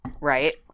right